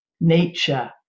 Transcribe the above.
nature